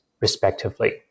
respectively